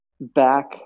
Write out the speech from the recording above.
back